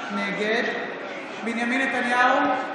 נגד בנימין נתניהו,